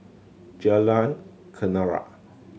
Jalan Kenarah